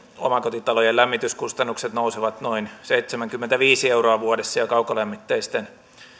omakotitalojen lämmityskustannukset nousevat noin seitsemänkymmentäviisi euroa vuodessa ja kaukolämmitteisten